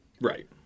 right